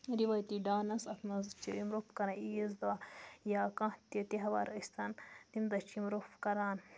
رِوٲیتی dance اَتھ منٛز چھِ یِم لُکھ کَران عیٖذ دۄہ یا کانٛہہ تہِ تہوار ٲسۍ تَن تمہِ دۄہ چھِ یِم روٚپھ کَران